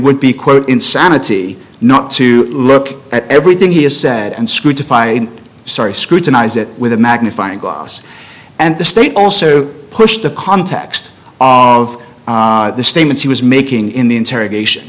would be quote insanity not to look at everything he has said and scoot defied sorry scrutinize it with a magnifying glass and the state also pushed the context of the statements he was making in the interrogation